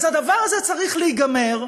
אז הדבר הזה צריך להיגמר,